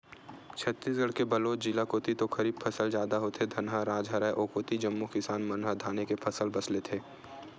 छत्तीसगढ़ के बलोद जिला कोती तो खरीफ फसल जादा होथे, धनहा राज हरय ओ कोती जम्मो किसान मन ह धाने के फसल बस लेथे